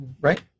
Right